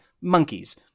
monkeys